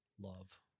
love